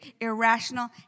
irrational